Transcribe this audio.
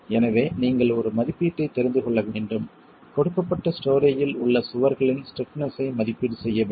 எனவே நீங்கள் ஒரு மதிப்பீட்டைத் தெரிந்து கொள்ள வேண்டும் கொடுக்கப்பட்ட ஸ்டோரேயில் உள்ள சுவர்களின் ஸ்டிப்னஸ் ஐ மதிப்பீடு செய்ய வேண்டும்